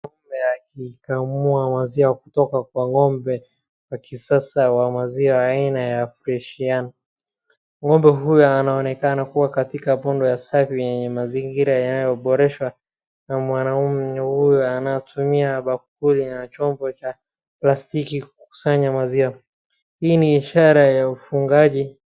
Akikamua maziwa kutoka kwa ng'ombe wa kisasa wa maziwa ya aina ya Fresian . Ng'ombe huyu anaonekana kuwa katika pondo ya safi yenye mazingira yanayoboreshwa na mwanamume huyu anatumia bakuli na chombo cha plastiki kukusanya maziwa. Hii ni ishara ya ufungaji.